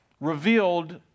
revealed